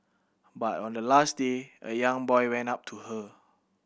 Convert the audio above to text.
but on the last day a young boy went up to her